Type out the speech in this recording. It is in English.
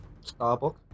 Starbuck